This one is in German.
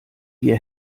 wir